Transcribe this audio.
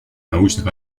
научных